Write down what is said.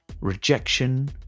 rejection